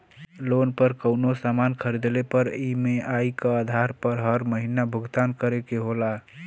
loan पर कउनो सामान खरीदले पर ई.एम.आई क आधार पर हर महीना भुगतान करे के होला